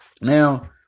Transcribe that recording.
Now